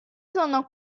sono